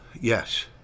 Yes